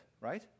right